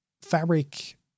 Fabric